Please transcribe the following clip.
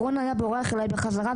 רון היה בורח אליי בחזרה,